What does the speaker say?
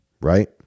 right